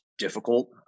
Difficult